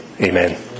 Amen